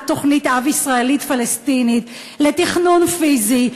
תוכנית-אב ישראלית-פלסטינית לתכנון פיזי,